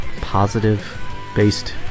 positive-based